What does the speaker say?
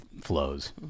flows